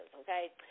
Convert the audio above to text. okay